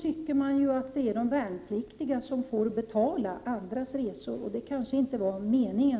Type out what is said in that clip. tycker man ju att de värnpliktiga får betala andras resor, och det var kanske inte meningen.